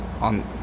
on